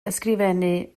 ysgrifennu